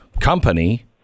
company